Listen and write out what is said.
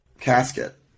casket